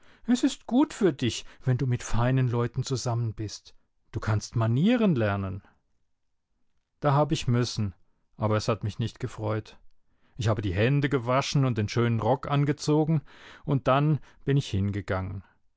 es ist gut für dich wenn du mit feinen leuten zusammen bist du kannst manieren lernen da hab ich müssen aber es hat mich nicht gefreut ich habe die hände gewaschen und den schönen rock angezogen und dann bin ich hin